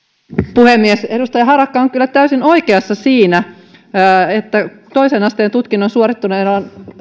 puhemies edustaja harakka on kyllä täysin oikeassa siinä että toisen asteen tutkinnon suorittaneilla on